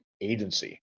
agency